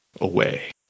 away